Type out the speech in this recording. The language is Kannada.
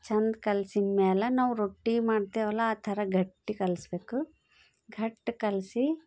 ಚೆಂದ ಕಲ್ಸಿದ ಮೇಲೆ ನಾವು ರೊಟ್ಟಿ ಮಾಡ್ತೀವಲ್ಲ ಆ ಥರ ಗಟ್ಟಿ ಕಲಸ್ಬೇಕು ಗಟ್ಟಿ ಕಲಸಿ